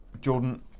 Jordan